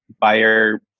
buyer